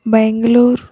Bengaluru